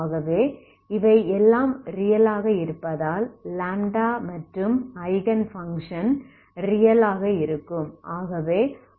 ஆகவே இவை எல்லாம் ரியல் ஆக இருப்பதால் λ மற்றும் ஐகன் பங்க்ஷன் ரியல் ஆக இருக்கும்